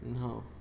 No